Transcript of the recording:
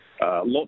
Lots